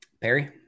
Perry